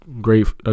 great